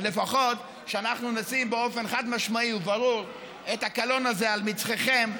אז לפחות שאנחנו נשים באופן חד-משמעי וברור את הקלון הזה על מצחכם.